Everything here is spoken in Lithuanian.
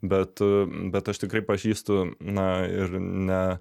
bet bet aš tikrai pažįstu na ir ne